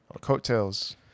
Coattails